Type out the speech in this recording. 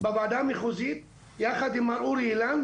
בוועדה המחוזית יחד עם מר אורי אילן